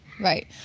Right